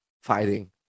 fighting